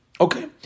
Okay